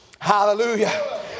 hallelujah